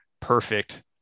perfect